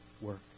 work